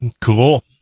Cool